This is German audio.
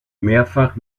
mehrfach